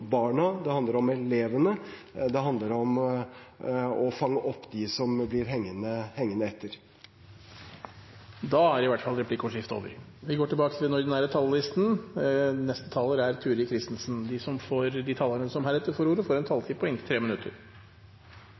barna, det handler om elevene, og det handler om å fange opp dem som blir hengende etter. Replikkordskiftet er over. De talere som heretter får ordet, har en taletid på inntil 3 minutter.